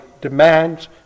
demands